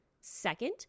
Second